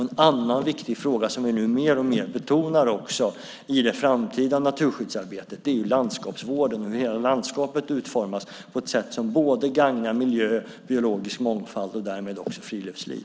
En annan viktig fråga som vi nu betonar mer och mer i det framtida naturskyddsarbetet är landskapsvården och hur hela landskapet utformas på ett sätt som både gagnar miljö och biologisk mångfald och därmed också friluftsliv.